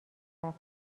عکس